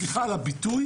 סליחה על הביטוי,